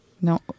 No